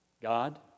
God